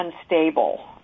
unstable